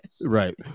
Right